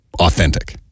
authentic